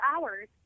hours